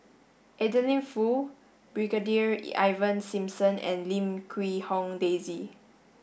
Adeline Foo Brigadier Ivan Simson and Lim Quee Hong Daisy